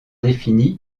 défini